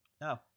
No